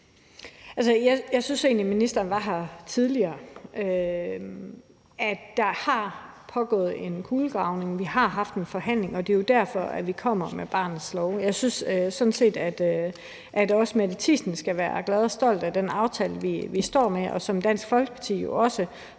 Jeg synes egentlig, ministeren tidligere sagde, at der har pågået en kulegravning. Vi har haft en forhandling, og det er jo derfor, vi kommer med barnets lov, og jeg synes sådan set, at også Mette Thiesen skal være glad for og stolt af den aftale, vi står med, og som Dansk Folkeparti jo også